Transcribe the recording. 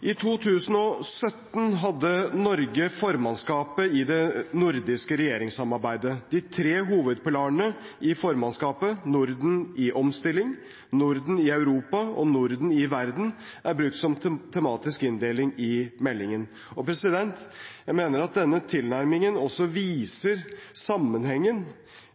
I 2017 hadde Norge formannskapet i det nordiske regjeringssamarbeidet. De tre hovedpilarene i formannskapet, Norden i omstilling, Norden i Europa og Norden i verden, er brukt som tematisk inndeling i meldingen. Jeg mener at denne tilnærmingen også viser sammenhengen